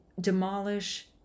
demolish